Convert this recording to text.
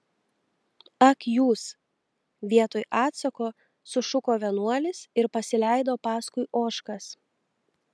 ak jūs vietoj atsako sušuko vienuolis ir pasileido paskui ožkas